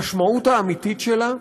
המשמעות האמיתית שלה,